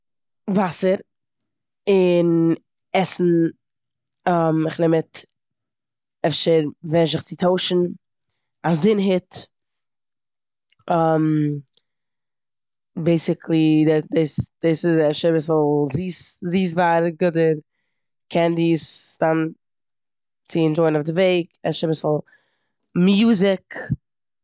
וואסער און עסן כ'נעם מיט אפשר וועש זיך צו טוישן. א זון הוט, ביעסיקלי, דע- דע- דאס איז אפשר אביסל זיס- זיסווארג אדער קענדיס סתם צו ענדשויען אויף די וועג. אפשר אביסל מוזיק.